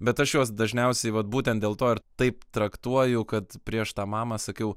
bet aš juos dažniausiai vat būtent dėl to ir taip traktuoju kad prieš tą mamą sakiau